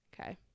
Okay